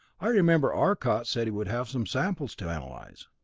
i remember arcot said he would have some samples to analyze.